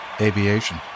aviation